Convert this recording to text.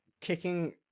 kicking